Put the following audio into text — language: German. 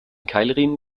keilriemen